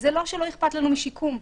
וזה לא שלא אכפת לנו משיקום.